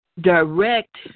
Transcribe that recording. direct